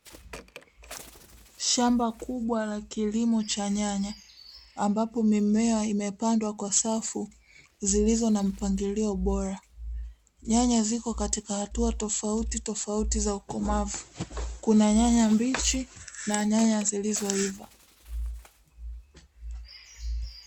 Shamba kubwa la kilimo cha nyanya, ambapo mimea imepandwa kwa safu zilizo na mpangilio bora. Nyanya ziko katika hatua tofauti tofauti za ukomavu, kuna nyanya mbichi na nyanya zilizoiva.